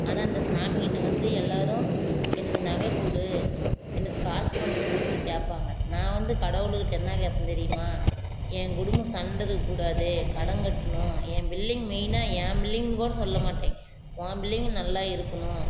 ஆனால் அந்த சாமிகிட்ட வந்து எல்லாரும் எனக்கு நகைக்குடு எனக்கு காசு பணத்தை கொடுன்னு கேட்பாங்க நான் வந்து கடவுள்க்கிட்ட என்னா கேட்பேன் தெரியுமா என் குடும்பம் சண்டை இருக்ககூடாது கடன்கட்டணும் என் பிள்ளைங்க மெயினாக ஏன் பிள்ளைங்க கூட சொல்லமாட்டேன் ஓன் பிள்ளைங்க நல்லா இருக்கணும்